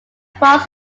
across